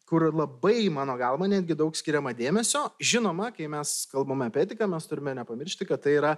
kur labai mano galva netgi daug skiriama dėmesio žinoma kai mes kalbame apie etiką mes turime nepamiršti kad tai yra